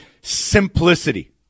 simplicity